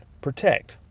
protect